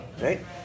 right